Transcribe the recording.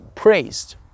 praised